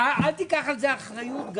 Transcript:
אל תיקח על זה אחריות.